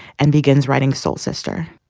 and begins writing soul sister.